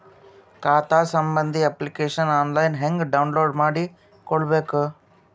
ಖಾತಾ ಸಂಬಂಧಿ application online ಹೆಂಗ್ ಡೌನ್ಲೋಡ್ ಮಾಡಿಕೊಳ್ಳಬೇಕು?